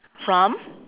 from